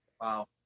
Wow